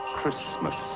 Christmas